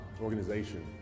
organization